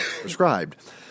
prescribed